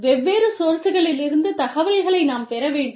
வெவ்வேறு சோர்ஸ்களிலிருந்து தகவல்களை நாம் பெற வேண்டும்